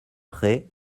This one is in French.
prés